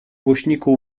głośniku